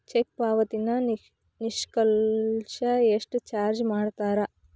check ಪಾವತಿನ ನಿಲ್ಸಕ ಎಷ್ಟ ಚಾರ್ಜ್ ಮಾಡ್ತಾರಾ